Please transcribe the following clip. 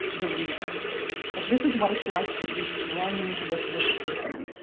the reader like this is what it's like to be friends with this person.